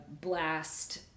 blast